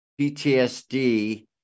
PTSD